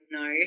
no